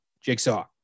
Jigsaw